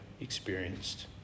experienced